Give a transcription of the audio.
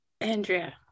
Andrea